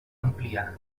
ampliar